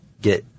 get